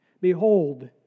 Behold